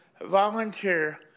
volunteer